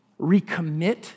recommit